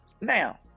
Now